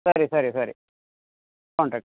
ಸರಿ ಸರಿ ಸರಿ ಕಾಂಟ್ಯಾಕ್ಟ್